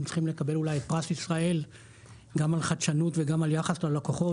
צריכים לקבל אולי את פרס ישראל גם על חדשנות וגם על יחס ללקוחות,